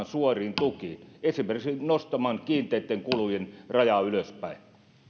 suoriin tukiin esimerkiksi nostamaan kiinteitten kulujen rajaa ylöspäin